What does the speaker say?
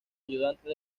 ayudante